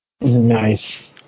nice